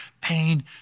pain